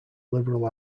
liberal